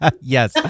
Yes